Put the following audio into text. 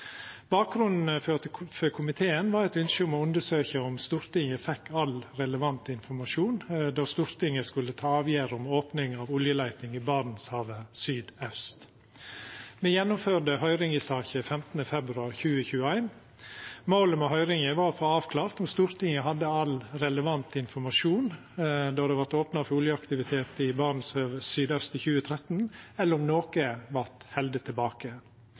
Bakgrunnen for komiteen var eit ynske om å undersøkja om Stortinget fekk all relevant informasjon då Stortinget skulle ta avgjerd om opning av oljeleiting i Barentshavet søraust. Me gjennomførde høyring i saka 15. februar 2021. Målet med høyringa var å få avklart om Stortinget hadde all relevant informasjon då det vart opna for oljeaktivitet i Barentshavet søraust i 2013, eller om noko vart halde tilbake.